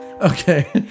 Okay